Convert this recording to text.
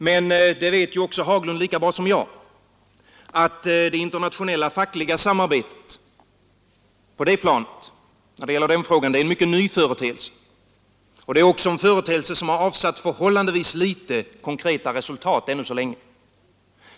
Men herr Haglund vet lika bra som jag att det internationella fackliga samarbetet på det planet är en mycket ny företeelse, som ännu så länge har avsatt förhållandevis få konkreta resultat.